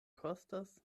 kostas